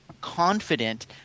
confident